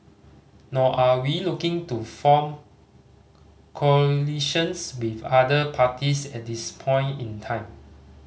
nor are we looking to form coalitions with other parties at this point in time